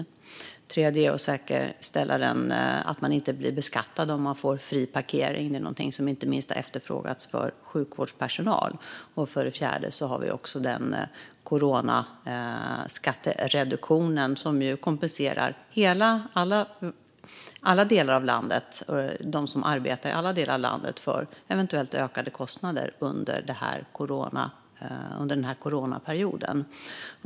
Det tredje har varit att säkerställa att man inte blir beskattad om man får fri parkering, vilket har efterfrågats för inte minst sjukvårdspersonal. Det fjärde är den coronaskattereduktion som kompenserar dem som arbetar i alla delar av landet för eventuellt ökade kostnader under den här coronaperioden.